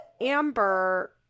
Amber